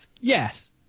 Yes